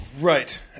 Right